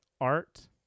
art